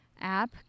app